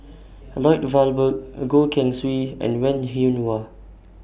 Lloyd Valberg Goh Keng Swee and Wen Jinhua